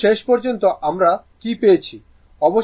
তো শেষ পর্যন্ত আমরা কী পেয়েছি